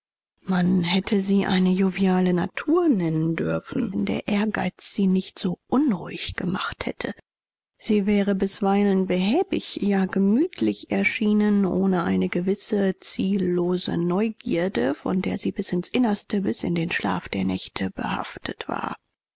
man hätte sie eine joviale natur nennen dürfen wenn der ehrgeiz sie nicht so unruhig gemacht hätte sie wäre bisweilen behäbig ja gemütlich erschienen ohne eine gewisse ziellose neugierde von der sie bis ins innerste bis in den schlaf der nächte behaftet war